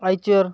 Eicher